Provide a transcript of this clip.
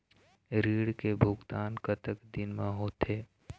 ऋण के भुगतान कतक दिन म होथे?